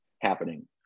happening